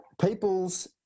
peoples